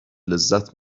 لذت